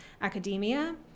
academia